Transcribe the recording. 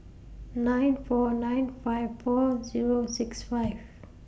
nine four nine five four Zero six five